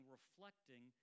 reflecting